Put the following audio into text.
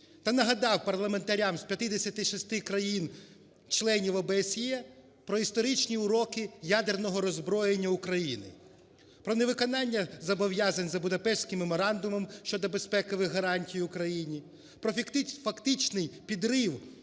та нагадав парламентарям з 56 країн членів ОБСЄ про історичні уроки ядерного роззброєння України, про невиконання зобов'язань за Будапештським меморандумом щодо безпекових гарантій Україні, про фактичний підрив